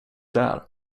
där